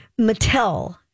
Mattel